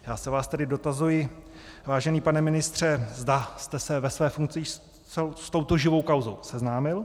Já se vás tedy dotazuji, vážený pane ministře, zda jste se ve své funkci již s touto živou kauzou seznámil.